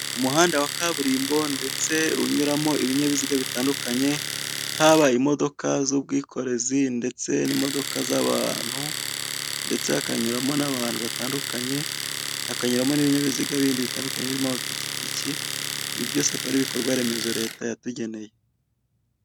Umuhanda wa kaburimbo ndetse unyuramo ibinyabiziga bitandukanye haba imodoka z'ubwikorezi ndetse n'imidoka za bantu ndetse hakananyuramo n'abantu batandukanye hakanyuramo n'ibinyabiziga bindi bitandukanye birimo ama pikipiki ibi byose akaba ari ibikorwaremezo leta yatugeneye.